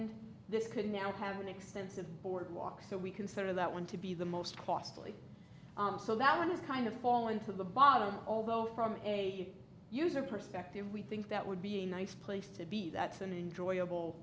and this could now have an extensive boardwalk so we consider that one to be the most costly so that one is kind of fall into the bottom although from a user perspective we think that would be a nice place to be that's an